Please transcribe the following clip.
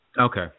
Okay